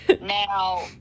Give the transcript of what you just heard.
Now